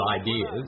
ideas